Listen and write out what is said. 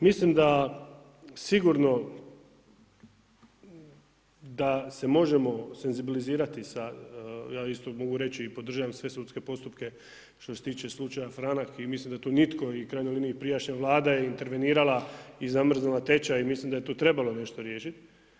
Mislim da sigurno da se možemo senzibilizirati, ja isto mogu reći i podržavam sve sudske postupke što se tiče slučaja Franak i mislim da tu nitko i u krajnjoj liniji prijašnja Vlada je intervenirala i zamrznula tečaj i mislim da je tu trebalo nešto riješiti.